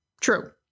True